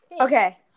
Okay